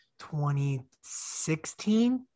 2016